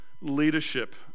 Leadership